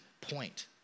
point